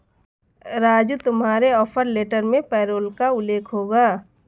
राजू तुम्हारे offer letter में payroll का उल्लेख होगा